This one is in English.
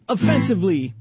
Offensively